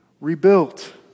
rebuilt